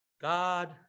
God